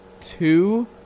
two